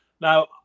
Now